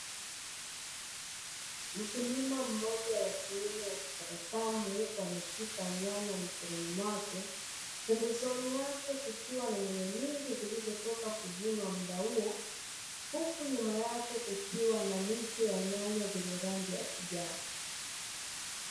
Mkulima mmoja wa kiume akitabasamu huku ameshika nyanya mikononi mwake, pembezoni yake kukiwa na nyanya nyingi zilizotoka kuvunwa muda huo, huku nyuma yake kukiwa na miche ya nyanya zenye rangi ya kijani.